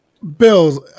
Bills